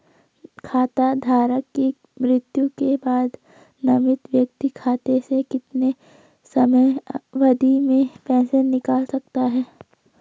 खाता धारक की मृत्यु के बाद नामित व्यक्ति खाते से कितने समयावधि में पैसे निकाल सकता है?